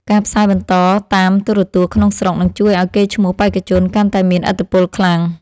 ការផ្សាយបន្តតាមទូរទស្សន៍ក្នុងស្រុកនឹងជួយឱ្យកេរ្តិ៍ឈ្មោះបេក្ខជនកាន់តែមានឥទ្ធិពលខ្លាំង។